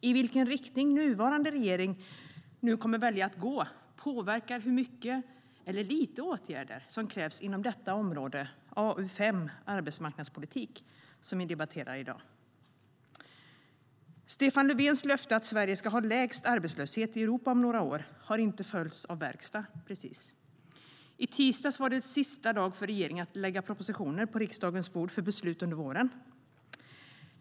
I vilken riktning nuvarande regering väljer att gå påverkar hur mycket eller lite åtgärder som krävs inom det område, AU5 Arbetsmarknadspolitik, som vi debatterar i dag. Stefan Lövfens löfte att Sverige ska ha lägst arbetslöshet i Europa om några år har inte följts av verkstad, precis. I tisdags var det sista dagen för regeringen att lägga propositioner på riksdagens bord för beslut under våren.